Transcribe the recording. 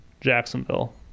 jacksonville